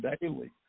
daily